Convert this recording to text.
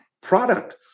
product